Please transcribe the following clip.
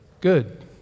good